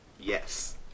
Yes